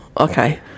okay